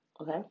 Okay